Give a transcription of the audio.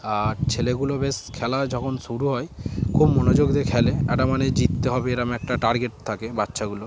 আর ছেলেগুলো বেশ খেলা যখন শুরু হয় খুব মনোযোগ দিয়ে খেলে একটা মানে জিততে হবে এরকম একটা টার্গেট থাকে বাচ্চাগুলো